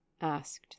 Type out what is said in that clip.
asked